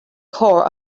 core